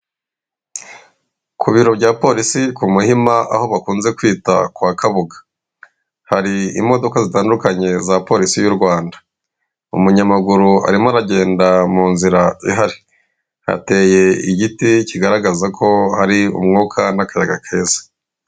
Ku biro bya polisi ku muhima aho bakunze kwita kwa Kabuga. Hari imodoka zitandukanye za polisi y'u Rwanda. Umunyamaguru arimo aragenda mu nzira ihari hateye igiti kigaragaza ko hari umwuka n'akayaga keza.